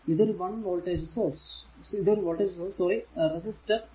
ഇത് ഒരു voltage source sorry resistor 2Ω